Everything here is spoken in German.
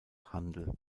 handel